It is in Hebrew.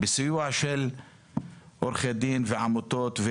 בסיוע של עורכי דין ועמותות,